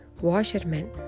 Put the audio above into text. washerman